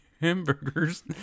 hamburgers